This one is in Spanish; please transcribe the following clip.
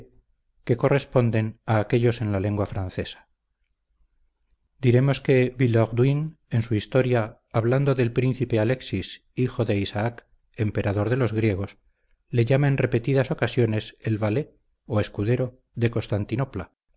que corresponden a aquéllos en la lengua francesa diremos que villehardouin en su historia hablando del príncipe alexis hijo de isaac emperador de los griegos le llama en repetidas ocasiones el valet o escudero de constantinopla